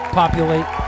populate